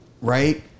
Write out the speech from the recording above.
right